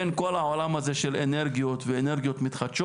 הייתי קושר את זה בין כל העולם הזה של אנרגיות ואנרגיות מתחדשות